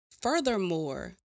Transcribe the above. furthermore